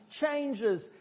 changes